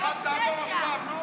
רק, עוד פעם, נו.